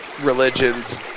religions